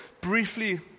briefly